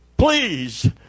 Please